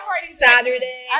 Saturday